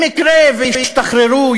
במקרה שישתחררו,